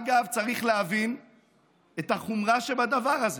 אגב, צריך להבין את החומרה שבדבר הזה.